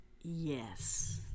yes